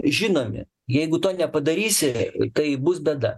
žinomi jeigu to nepadarysi tai bus bėda